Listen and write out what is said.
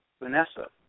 Vanessa